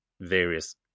various